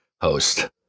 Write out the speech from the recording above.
host